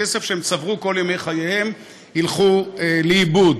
כסף שהם צברו כל ימי חייהם, ילכו לאיבוד.